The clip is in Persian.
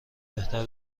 بهتر